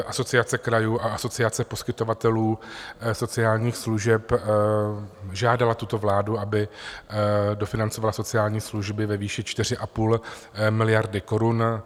Asociace krajů a Asociace poskytovatelů sociálních služeb žádala tuto vládu, aby dofinancovala sociální služby ve výši 4,5 miliardy korun.